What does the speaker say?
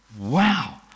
Wow